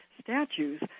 statues